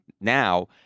now